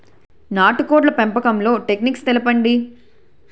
నాటుకోడ్ల పెంపకంలో టెక్నిక్స్ తెలుపండి?